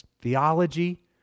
Theology